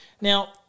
Now